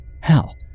Hell